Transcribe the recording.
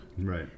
Right